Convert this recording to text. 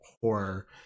horror